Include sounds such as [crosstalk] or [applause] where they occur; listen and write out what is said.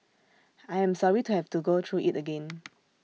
I am sorry to have to go through IT again [noise]